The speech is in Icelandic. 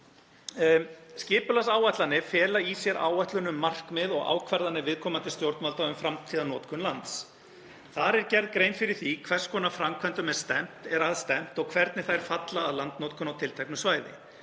Skipulagsáætlanir fela í sér áætlun um markmið og ákvarðanir viðkomandi stjórnvalda um framtíðarnotkun lands. Þar er gerð grein fyrir því að hvers konar framkvæmdum er stefnt og hvernig þær falla að landnotkun á tilteknu svæði.